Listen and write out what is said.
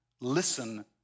Listen